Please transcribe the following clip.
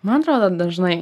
man atrodo dažnai